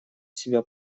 себя